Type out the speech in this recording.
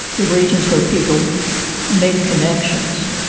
the regions where people make connections.